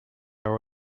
our